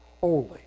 holy